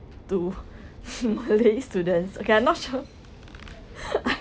to malay students okay I'm not sure